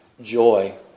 joy